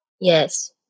Yes